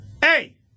hey